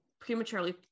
prematurely